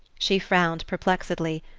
she frowned perplexedly,